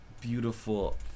beautiful